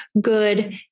good